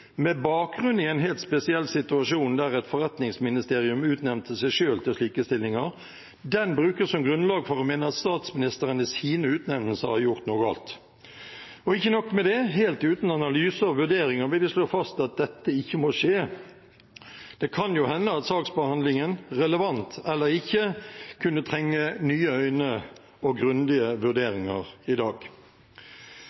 med bakgrunn i en helt spesiell situasjon der et forretningsministerium utnevnte seg selv til slike stillinger, som grunnlag for å mene at statsministeren i sine utnevnelser har gjort noe galt. Og ikke nok med det – helt uten analyse og vurderinger blir det slått fast at dette ikke må skje. Det kan jo hende at saksbehandlingen, relevant eller ikke, kunne trenge nye øyne og grundige